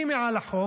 מי מעל החוק?